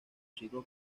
ciclo